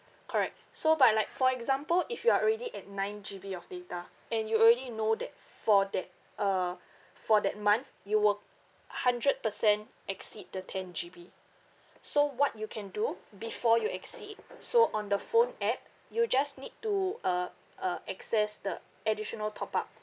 correct so but like for example if you are already at nine G_B of data and you already know that for that uh for that month you will hundred percent exceed the ten G_B so what you can do before you exceed so on the phone app you just need to uh uh access the additional top up